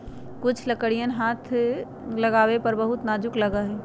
कुछ लकड़ियन हाथ लगावे पर बहुत नाजुक लगा हई